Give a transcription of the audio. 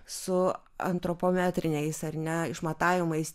su antropometriniais ar ne išmatavimais